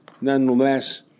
Nonetheless